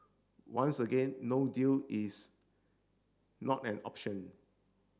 once again no deal is not an option